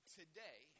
today